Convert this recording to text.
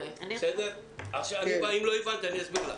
קרן ברק, אם לא הבנת, אסביר לך.